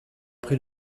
pris